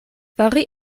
fari